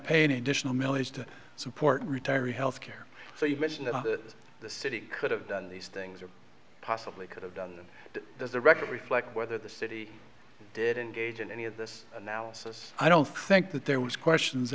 pay an additional milage to support retiree health care so you mention that the city could have done these things or possibly could have done that as a record reflect whether the city did engage in any of this analysis i don't think that there was questions